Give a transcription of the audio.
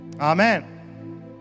Amen